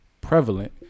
prevalent